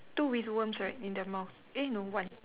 two with worms right in their mouth eh no one